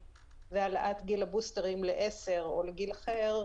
והעלאת גיל השימוש בבוסטרים לעשר או לגיל אחר,